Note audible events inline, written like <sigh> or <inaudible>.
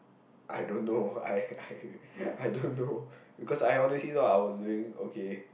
I don't know I I I don't know <laughs> because I honestly know I was doing okay